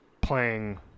Playing